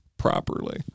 Properly